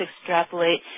extrapolate